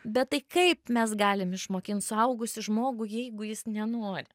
bet tai kaip mes galim išmokint suaugusį žmogų jeigu jis nenori